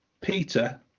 Peter